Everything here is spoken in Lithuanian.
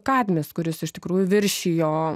kadmis kuris iš tikrųjų viršijo